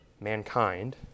mankind